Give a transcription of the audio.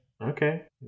Okay